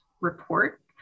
report